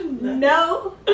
no